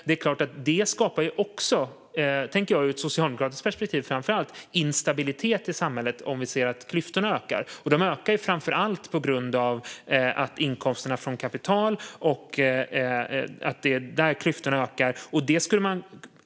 Det är klart att det, framför allt ur ett socialdemokratiskt perspektiv, tänker jag, skapar instabilitet i samhället om vi ser att klyftorna ökar. Och de ökar framför allt på grund av inkomsterna från kapital.